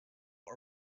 are